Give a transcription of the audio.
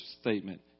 statement